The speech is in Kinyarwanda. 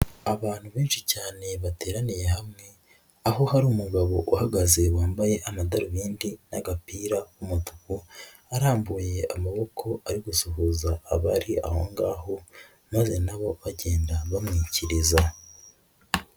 Abantu benshi cyane bateraniye hamwe, aho hari umugabo uhagaze wambaye amadarubindi n'agapira k'umutuku, arambuye amaboko ari gusuhuza abari aho ngaho, maze nabo bagenda bamwikiriza.